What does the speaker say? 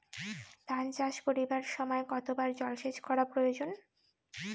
ধান চাষ করিবার সময় কতবার জলসেচ করা প্রয়োজন?